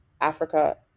Africa